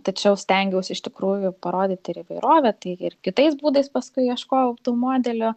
tačiau stengiaus iš tikrųjų parodyt ir įvairovę tai ir kitais būdais paskui ieškojau tų modelių